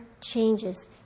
changes